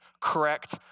correct